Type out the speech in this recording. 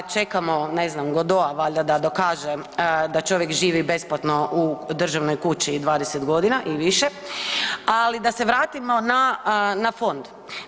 Čekamo ne znam Godoa valjda da dokaže da čovjek živi besplatno u državnoj kući 20 godina i više, ali da se vratimo na fond.